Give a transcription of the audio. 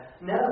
no